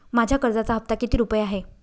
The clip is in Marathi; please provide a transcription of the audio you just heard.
माझ्या कर्जाचा हफ्ता किती रुपये आहे?